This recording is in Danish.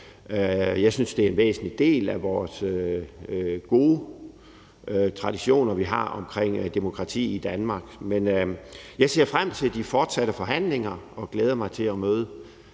Jeg synes, at det er en væsentlig del af de gode traditioner, vi har, om demokratiet i Danmark. Jeg ser frem til de fortsatte forhandlinger og glæder mig til at møde